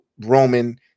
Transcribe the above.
roman